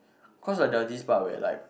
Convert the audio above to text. cause like there was this part where like